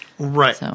Right